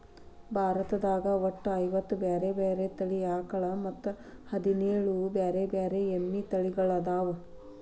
ಭಾರತದಾಗ ಒಟ್ಟ ಐವತ್ತ ಬ್ಯಾರೆ ಬ್ಯಾರೆ ತಳಿ ಆಕಳ ಮತ್ತ್ ಹದಿನೇಳ್ ಬ್ಯಾರೆ ಬ್ಯಾರೆ ಎಮ್ಮಿ ತಳಿಗೊಳ್ಅದಾವ